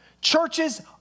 churches